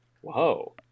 Whoa